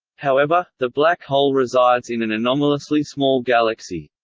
however, the black hole resides in an anomalously small galaxy.